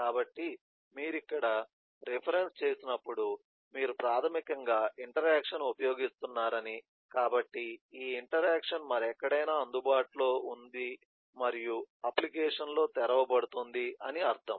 కాబట్టి మీరు ఇక్కడ రిఫరెన్స్ చెప్పినప్పుడు మీరు ప్రాథమికంగా ఇంటరాక్షన్ ఉపయోగిస్తున్నారని కాబట్టి ఈ ఇంటరాక్షన్ మరెక్కడైన అందుబాటులో ఉంది మరియు అప్లికేషన్లో తెరవబడుతుంది అని అర్థం